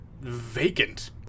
vacant